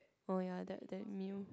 oh ya that that meal